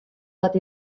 bat